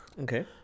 okay